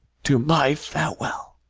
to my farewell!